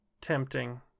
tempting